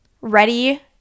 ready